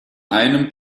einem